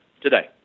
today